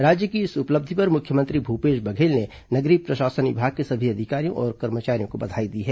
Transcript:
राज्य की इस उपलब्धि पर मुख्यमंत्री भूपेश बघेल ने नगरीय प्रशासन विभाग के सभी अधिकारियों और कर्मचारियों को बधाई दी है